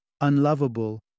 unlovable